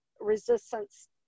resistance